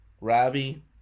Ravi